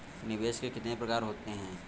निवेश के कितने प्रकार होते हैं?